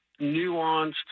nuanced